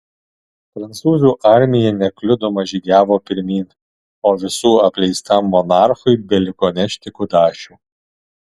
prancūzų armija nekliudoma žygiavo pirmyn o visų apleistam monarchui beliko nešti kudašių